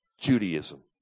Judaism